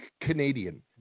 Canadian